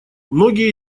многие